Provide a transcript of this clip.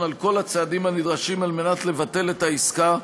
על כל הצעדים הנדרשים על מנת לבטל את העסקה,